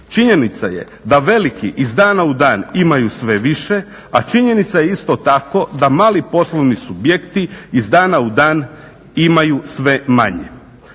Činjenica je da veliki iz dana u dan imaju sve više, a činjenica je isto tako da mali poslovni subjekti iz dana u dan imaju sve manje.